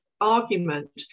argument